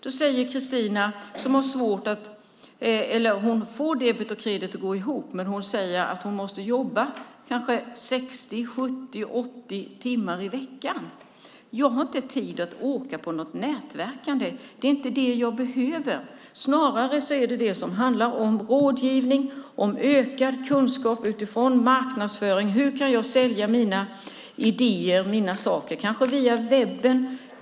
Då säger Kristina, som får debet och kredit att gå ihop, att hon måste jobba kanske 60, 70 eller 80 timmar i veckan: Jag har inte tid att åka på något nätverkande. Det är inte det jag behöver. Snarare behöver jag det som handlar om rådgivning, om ökad kunskap om marknadsföring. Hur kan jag sälja mina idéer, mina saker, kanske via webben?